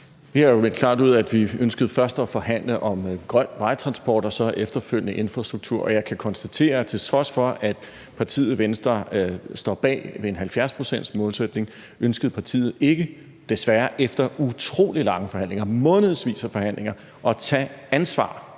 Vi har jo meldt klart ud, at vi først ønskede at forhandle om grøn vejtransport og så efterfølgende infrastruktur. Og jeg kan konstatere, at Venstre, til trods for at partiet står bag en 70-procentsmålsætning, desværre ikke – efter utrolig lange forhandlinger, månedsvis af forhandlinger – ønskede at tage ansvar.